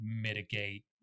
mitigate